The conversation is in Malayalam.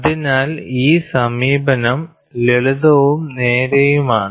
അതിനാൽ ഈ സമീപനം ലളിതവും നേരെയുമാണ്